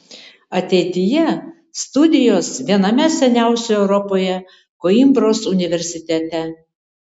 ateityje studijos viename seniausių europoje koimbros universitete